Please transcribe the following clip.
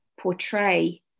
portray